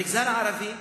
המגזר הערבי,